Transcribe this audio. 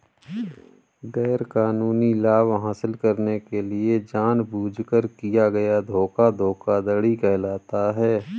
गैरकानूनी लाभ हासिल करने के लिए जानबूझकर किया गया धोखा धोखाधड़ी कहलाता है